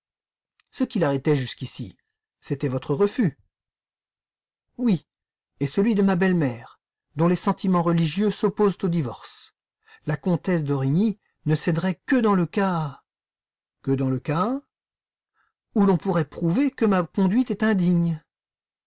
ce qui l'arrêtait jusqu'ici c'était votre refus oui et celui de ma belle-mère dont les sentiments religieux s'opposent au divorce la comtesse d'origny ne céderait que dans le cas que dans le cas où l'on pourrait prouver que ma conduite est indigne